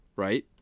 Right